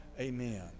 Amen